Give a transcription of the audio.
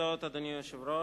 אדוני היושב-ראש,